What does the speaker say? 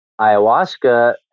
ayahuasca